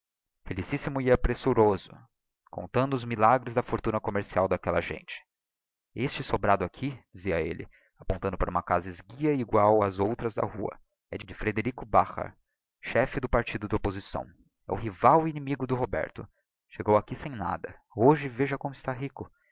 especulação felicíssimo ia pressuroso contando os milagres da fortuna commercial d'aquella gente este sobrado aqui dizia elle apontando para uma casa esguia e egual ás outras da rua é de frederico bacher chefe do partido da opposição é o rival e o inimigo de roberto chegou aqui sem nada hoje veja como está rico